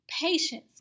patience